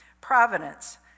Providence